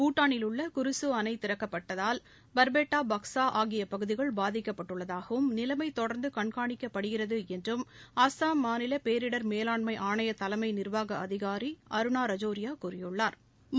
பூட்டாளில் உள்ள குரிஸு அணை திறக்கப்பட்டதால் பார்பெட்டா பக்ஸா ஆகிய பகுதிகள் பாதிக்கப்பட்டுள்ளதாகவும் நிலைமை தொடர்ந்து கண்காணிக்கப்படுகிறது என்றும் அஸ்ஸாம் மாநில பேரிடர் மேலாண்மை ஆணைய தலைமை நீாவாக அதிகாரி அருணா ரஜோரியா கூறியுள்ளாா்